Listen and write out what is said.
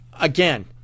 again